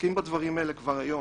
עוסקים בדברים האלה כבר היום.